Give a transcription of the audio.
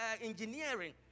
engineering